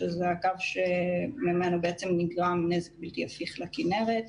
שזה הקו שממנו בעצם נגרם נזק בלתי הפיך לכנרת.